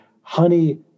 honey